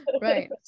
right